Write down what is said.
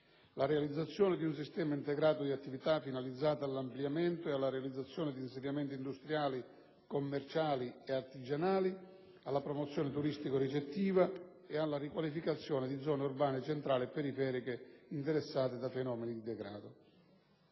la realizzazione di un sistema integrato di attività finalizzate all'ampliamento e alla realizzazione di insediamenti industriali, commerciali e artigianali, alla promozione turistico-ricettiva e alla riqualificazione di zone urbane centrali e periferiche interessate da fenomeni di degrado.